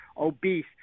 obese